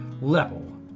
level